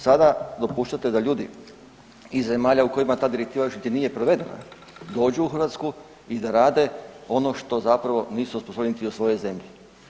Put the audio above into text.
Sada dopuštate da ljudi iz zemalja u kojima ta direktiva još niti nije provedena dođu u Hrvatsku i da rade ono što zapravo nisu osposobljeni niti u svojoj zemlji.